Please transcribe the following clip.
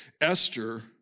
Esther